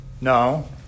No